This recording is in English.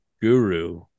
guru